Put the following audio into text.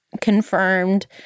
confirmed